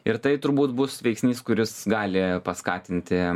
ir tai turbūt bus veiksnys kuris gali paskatinti